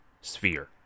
Sphere